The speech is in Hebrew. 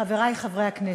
חברי חברי הכנסת,